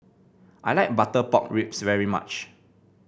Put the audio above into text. I like Butter Pork Ribs very much